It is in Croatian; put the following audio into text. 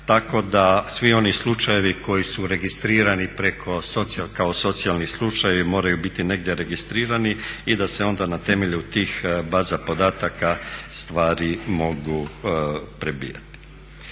tako da svi oni slučajevi koji su registrirani kao socijalni slučajevi moraju biti negdje registrirani i da se onda na temelju tih baza podataka stvari mogu prebijati.